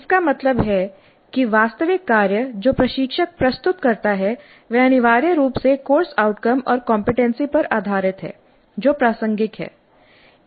इसका मतलब है कि वास्तविक कार्य जो प्रशिक्षक प्रस्तुत करता है वह अनिवार्य रूप से कोर्स आउटकम और कमपेटेंसी पर आधारित है जो प्रासंगिक है